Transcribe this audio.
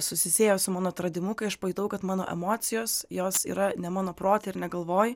susisiejo su mano atradimu kai aš pajutau kad mano emocijos jos yra ne mano prote ir ne galvoj